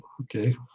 Okay